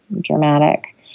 dramatic